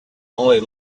only